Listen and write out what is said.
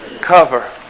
cover